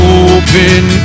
open